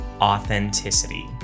authenticity